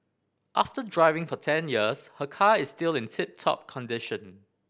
after driving for ten years her car is still in tip top condition